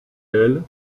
elle